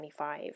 2025